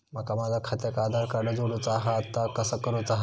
माका माझा खात्याक आधार कार्ड जोडूचा हा ता कसा करुचा हा?